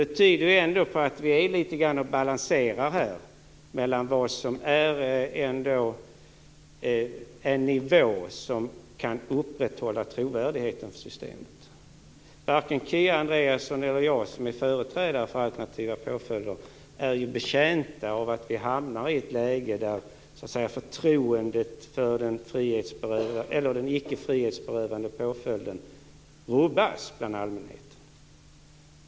Det tyder på att vi här balanserar litet på vad som är en nivå där trovärdigheten för systemet kan upprätthållas. Varken Kia Andreasson eller jag - vi är båda företrädare för alternativa påföljder - är betjänta av att vi hamnar i ett läge där förtroendet för den ickefrihetsberövande påföljden rubbas bland allmänheten.